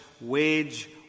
wage